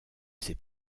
ses